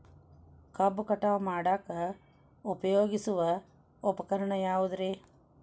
ಕಬ್ಬು ಕಟಾವು ಮಾಡಾಕ ಉಪಯೋಗಿಸುವ ಉಪಕರಣ ಯಾವುದರೇ?